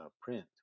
print